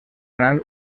anar